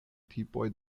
tipoj